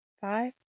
five